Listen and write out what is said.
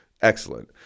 excellent